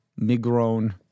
Migron